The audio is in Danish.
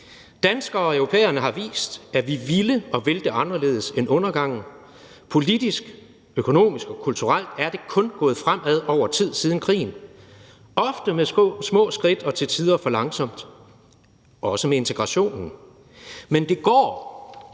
Danskere og europæere har vist, at vi ville og vil det anderledes end undergangen. Politisk, økonomisk og kulturelt er det kun gået fremad over tid siden krigen, ofte med små skridt og til tider for langsomt, også med integrationen. Men det går,